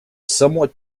somewhat